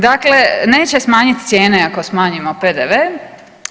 Dakle, neće smanjiti cijene ako smanjimo PDV-e.